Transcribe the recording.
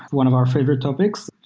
one of our favorite topics.